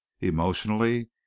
emotionally